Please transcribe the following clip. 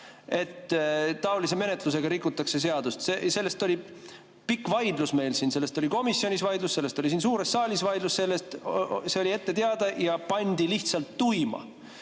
et taolise menetlusega rikutakse seadust. Selle üle oli pikk vaidlus meil siin, selle üle oli komisjonis vaidlus, selle üle oli siin suures saalis vaidlus, see oli ette teada, ja pandi lihtsalt tuima.